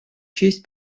честь